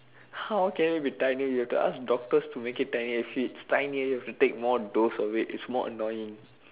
how can it be tinier you have to ask doctors to make it tinier if it is tinier you have to take more dose of it it's more annoying